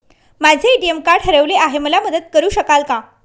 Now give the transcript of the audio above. माझे ATM card हरवले आहे, मला मदत करु शकाल का?